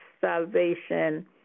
salvation